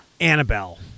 Annabelle